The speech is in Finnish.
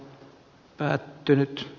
päättynyt t